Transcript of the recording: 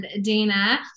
Dana